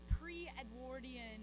pre-Edwardian